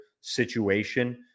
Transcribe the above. situation